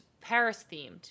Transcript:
Paris-themed